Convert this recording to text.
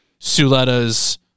Suleta's